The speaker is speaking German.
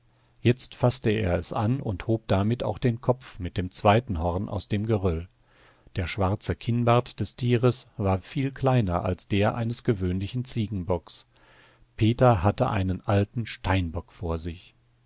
jetzt faßte er es an und hob damit auch den kopf mit dem zweiten horn aus dem geröll der schwarze kinnbart des tieres war viel kleiner als der eines gewöhnlichen ziegenbocks peter hatte einen alten steinbock vor sich